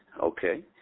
Okay